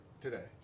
today